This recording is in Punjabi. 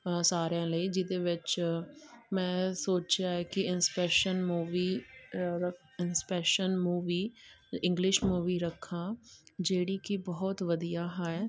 ਸਾਰਿਆਂ ਲਈ ਜਿਹਦੇ ਵਿੱਚ ਮੈਂ ਸੋਚਿਆ ਹੈ ਕਿ Inception movie Inception movie English movie ਰੱਖਾਂ ਜਿਹੜੀ ਕਿ ਬਹੁਤ ਵਧੀਆ ਹੈ